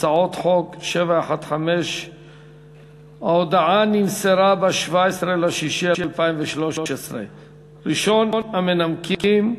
הצעת חוק 715. ההודעה נמסרה ב-17 ביוני 2013. ראשון המנמקים,